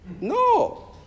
No